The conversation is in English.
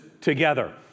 together